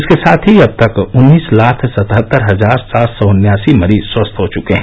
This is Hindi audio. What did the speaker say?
इसके साथ ही अब तक उन्नीस लाख सतहत्तर हजार सात सौ उन्यासी मरीज स्वस्थ हो चुके हैं